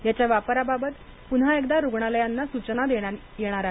याच्या वापराबाबत पुन्हा एकदा रुग्णालयांना सूचना देण्यात येणार आहेत